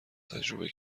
تجربه